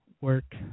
work